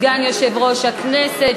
סגן יושב-ראש הכנסת,